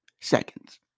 Seconds